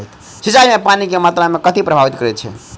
सिंचाई मे पानि केँ मात्रा केँ कथी प्रभावित करैत छै?